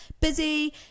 busy